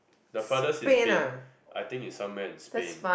the furthest is Spain I think is somewhere in Spain